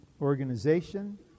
organization